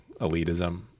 elitism